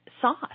sauce